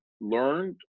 learned